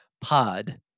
pod